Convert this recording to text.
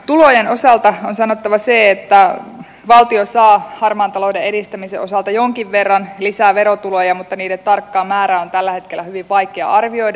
tulojen osalta on sanottava se että valtio saa harmaan talouden torjunnan osalta jonkin verran lisää verotuloja mutta niiden tarkkaa määrää on tällä hetkellä hyvin vaikea arvioida